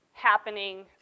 happening